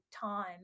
time